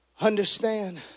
Understand